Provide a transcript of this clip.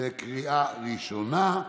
לקריאה ראשונה.